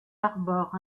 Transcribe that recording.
arbore